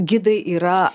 gidai yra